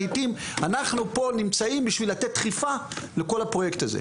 לעיתים אנחנו פה נמצאים בשביל לתת דחיפה לכל הפרויקט הזה.